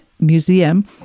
Museum